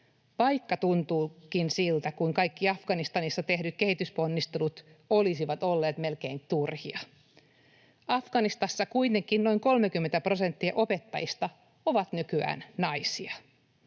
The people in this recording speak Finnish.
vaikka tuntuukin siltä kuin kaikki Afganistanissa tehdyt kehitysponnistelut olisivat olleet melkein turhia. Afganistanissa kuitenkin noin 30 prosenttia opettajista on nykyään naisia.